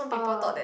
oh